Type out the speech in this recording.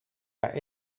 haar